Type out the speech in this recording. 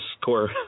score